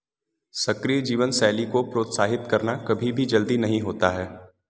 सक्रिय जीवन शैली को प्रोत्साहित करना कभी भी जल्दी नहीं होता है